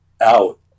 out